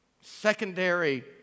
secondary